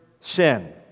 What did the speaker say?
sin